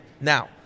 Now